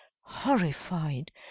horrified